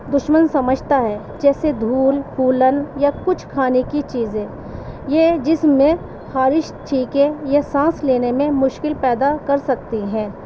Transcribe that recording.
دشمن سمجھتا ہے جیسے دھول پھولن یا کچھ کھانے کی چیزیں یہ جسم میں خارش چھینکیں یا سانس لینے میں مشکل پیدا کر سکتی ہیں